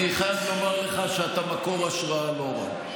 אני חייב לומר לך שאתה מקור השראה לא רע,